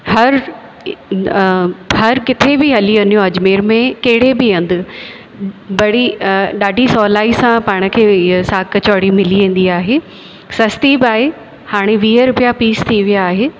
हर हर किथे बि हली वियो अजमेर में कहिड़े बि हंधि बड़ी ॾाढी सहुलाईअ सां पाण खे साग कचौड़ी मिली वेंदी आहे सस्ती बि आहे हाणे वीह रुपिया पीस थी वियो आहे